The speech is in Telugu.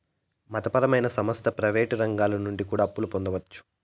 మత పరమైన సంస్థ ప్రయివేటు రంగాల నుండి కూడా అప్పులు పొందొచ్చు